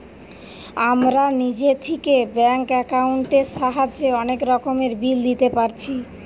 আমরা নিজে থিকে ব্যাঙ্ক একাউন্টের সাহায্যে অনেক রকমের বিল দিতে পারছি